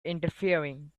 interfering